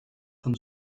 von